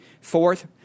Fourth